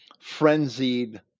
frenzied